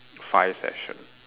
five session